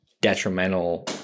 detrimental